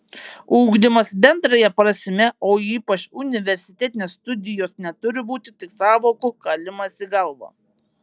ugdymas bendrąja prasme o ypač universitetinės studijos neturi būti tik sąvokų kalimas į galvą